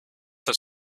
have